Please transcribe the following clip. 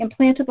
implantable